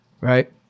Right